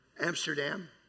Amsterdam